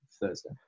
Thursday